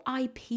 IP